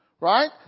right